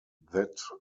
that